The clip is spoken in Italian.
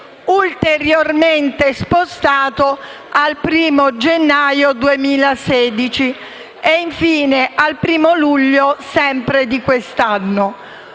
ulteriormente spostato al 1° gennaio 2016 e infine al 1° luglio di quest'anno.